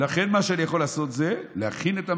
ולכן מה שאני יכול לעשות זה להכין את המדינה.